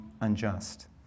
unjust